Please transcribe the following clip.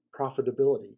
profitability